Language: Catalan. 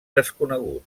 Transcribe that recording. desconegut